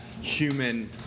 human